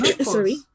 Sorry